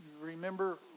remember